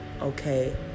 okay